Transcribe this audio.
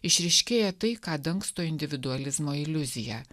išryškėja tai ką dangsto individualizmo iliuzija